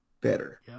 better